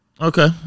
Okay